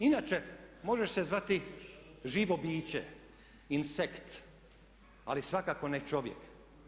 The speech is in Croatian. Inače možeš se zvati život biće, insekt, ali svakako ne čovjek.